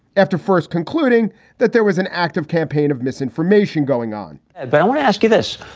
after first concluding that there was an active campaign of misinformation going on and but i want to ask you this.